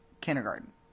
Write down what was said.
kindergarten